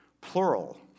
plural